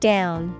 Down